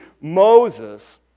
Moses